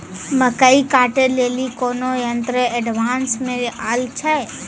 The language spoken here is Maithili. मकई कांटे ले ली कोनो यंत्र एडवांस मे अल छ?